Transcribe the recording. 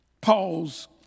Paul's